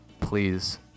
Please